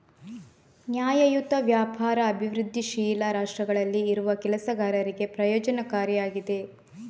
ನ್ಯಾಯಯುತ ವ್ಯಾಪಾರ ಅಭಿವೃದ್ಧಿಶೀಲ ರಾಷ್ಟ್ರಗಳಲ್ಲಿ ಇರುವ ಕೆಲಸಗಾರರಿಗೆ ಪ್ರಯೋಜನಕಾರಿ ಆಗಿದೆ